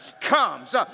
comes